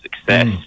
success